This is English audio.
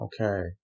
Okay